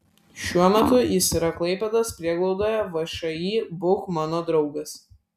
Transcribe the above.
šiuo metu jis yra klaipėdos prieglaudoje všį būk mano draugas